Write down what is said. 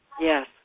Yes